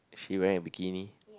is she wearing a bikini